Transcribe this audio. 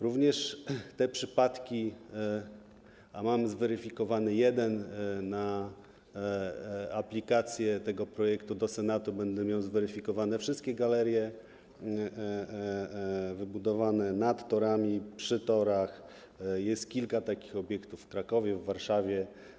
Również te przypadki zbadamy, mam zweryfikowany jeden, podczas prac nad tym projektem w Senacie będę miał zweryfikowane wszystkie galerie wybudowane nad torami, przy torach, jest kilka takich obiektów w Krakowie, w Warszawie.